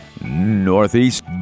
Northeast